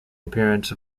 appearance